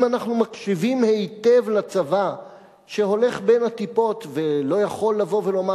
אם אנחנו מקשיבים היטב לצבא שהולך בין הטיפות ולא יכול לבוא ולומר: